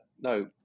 no